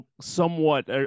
somewhat